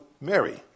Mary